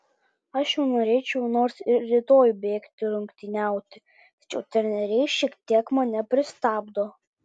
aš jau norėčiau nors ir rytoj bėgti rungtyniauti tačiau treneriai šiek tiek mane pristabdo